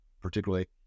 particularly